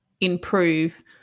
improve